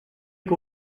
que